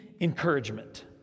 encouragement